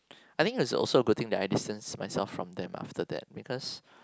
I think is also a good thing that I distanced myself from them after that because